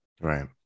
Right